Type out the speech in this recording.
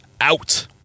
out